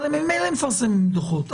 אבל הם ממילא מפרסמים דוחות.